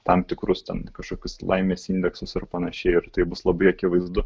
tam tikrus ten kažkokius laimės indeksus ar panašiai ir tai bus labai akivaizdu